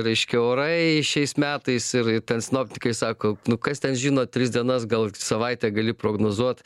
reiškia orai šiais metais ir ir ten sinoptikai sako nu kas ten žino tris dienas gal savaitę gali prognozuot